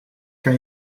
kan